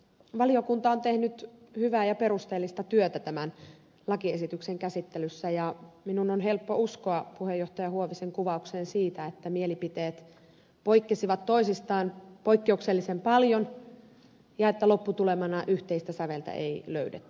valiokunta on tehnyt hyvää ja perusteellista työtä tämän lakiesityksen käsittelyssä ja minun on helppo uskoa puheenjohtaja huovisen kuvaukseen siitä että mielipiteet poikkesivat toisistaan poikkeuksellisen paljon ja että lopputulemana yhteistä säveltä ei löydetty